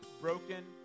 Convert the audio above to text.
broken